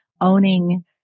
owning